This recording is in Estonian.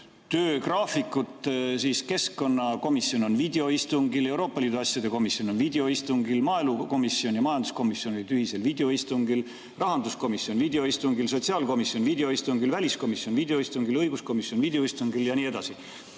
töögraafikut, siis keskkonnakomisjon on videoistungil, Euroopa Liidu asjade komisjon on videoistungil, maaelukomisjon ja majanduskomisjon olid ühisel videoistungil, rahanduskomisjon videoistungil, sotsiaalkomisjon videoistungil, väliskomisjon videoistungil, õiguskomisjon videoistungil ja nii edasi.